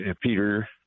Peter